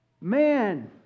man